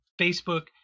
Facebook